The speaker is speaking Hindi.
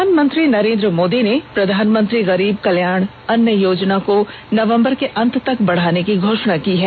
प्रधानमंत्री नरेन्द्र मोदी ने प्रधानमंत्री गरीब कल्याण अन्न योजना को नवम्बर के अंत तक बढाने की घोषणा की है